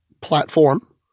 platform